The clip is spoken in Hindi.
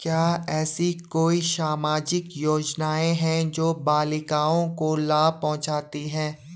क्या ऐसी कोई सामाजिक योजनाएँ हैं जो बालिकाओं को लाभ पहुँचाती हैं?